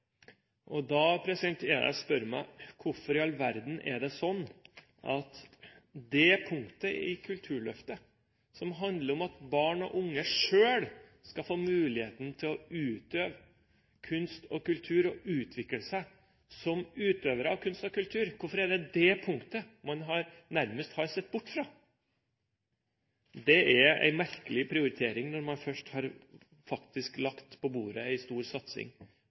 år. Da er det jeg spør meg: Hvorfor i all verden er det slik at det punktet i Kulturløftet som handler om at barn og unge selv skal få muligheten til å utøve kunst og kultur, utvikle seg som utøvere av kunst og kultur, har man nærmest har sett bort fra? Det er en merkelig prioritering når man først har lagt på bordet en stor satsing